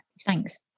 thanks